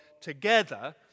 together